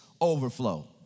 overflow